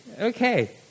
Okay